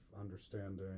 understanding